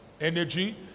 energy